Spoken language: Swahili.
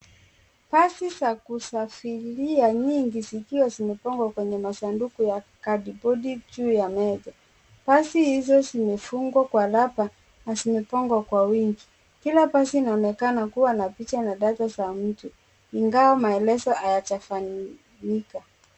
Pasi za kusafiria nyingi zikiwa zimepangwa kwenye masanduku ya kadi bodi juu ya meza. Pasi hizo zimefungwa kwa raba na zimepangwa kwa wingi. Kila pasi inaonekana kua na picha na data za mtu ingawa maelezo hayaja fanyika.